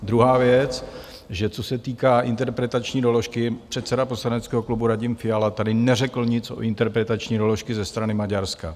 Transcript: Druhá věc, že co se týká interpretační doložky, předseda poslaneckého klubu Radim Fiala tady neřekl nic o interpretační doložce ze strany Maďarska.